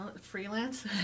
Freelance